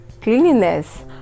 cleanliness